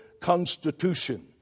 constitution